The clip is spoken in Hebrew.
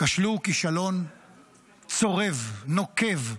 הם כשלו כישלון צורב, נוקב,